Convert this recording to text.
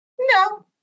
No